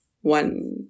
one